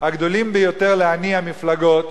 הגדולים ביותר להניע מפלגות,